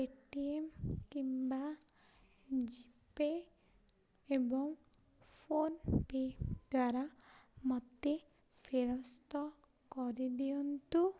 Paytm କିମ୍ବା GPay ଏବଂ PhonePe ମୋତେ ଫେରସ୍ତ କରିଦିଅନ୍ତୁ